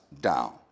down